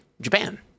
Japan